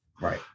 Right